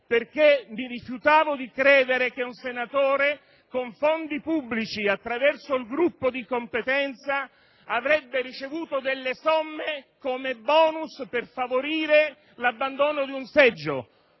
perché mi rifiutavo di credere che un senatore, con fondi pubblici, attraverso il Gruppo di competenza, avrebbe ricevuto delle somme come *bonus* per favorire l'abbandono di un seggio.